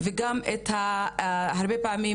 וגם הרבה פעמים,